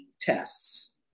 tests